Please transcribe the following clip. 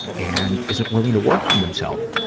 and isn't willing to work on themself.